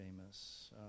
famous